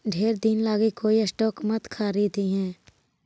ढेर दिन लागी कोई स्टॉक मत खारीदिहें